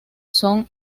son